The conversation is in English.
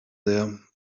there